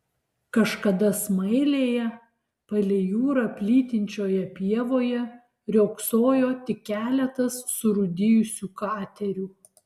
kažkada smailėje palei jūrą plytinčioje pievoje riogsojo tik keletas surūdijusių katerių